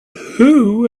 who